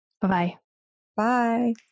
Bye-bye